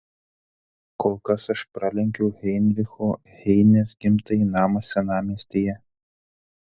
kol kas aš pralenkiu heinricho heinės gimtąjį namą senamiestyje